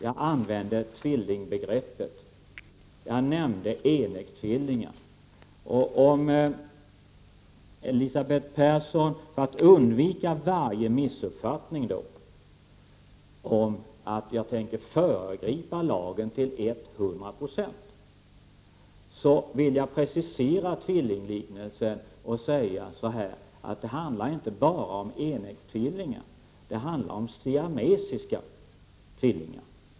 Jag använde tvillingbegreppet. Jag nämnde enäggstvillingar. För att undvika varje missuppfattning om att jag tänker föregripa lagen vill jag precisera tvillingliknelsen och säga att det inte bara handlar om enäggstvillingar. Det handlar om siamesiska tvillingar.